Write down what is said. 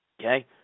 Okay